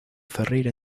ferreira